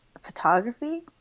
photography